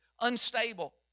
unstable